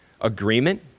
agreement